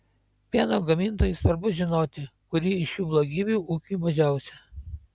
pieno gamintojui svarbu žinoti kuri iš šių blogybių ūkiui mažiausia